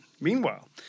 Meanwhile